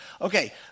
Okay